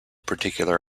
particular